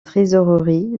trésorerie